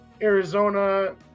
Arizona